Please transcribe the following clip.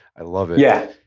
i love it yeah.